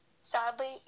Sadly